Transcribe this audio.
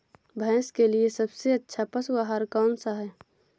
भैंस के लिए सबसे अच्छा पशु आहार कौन सा है?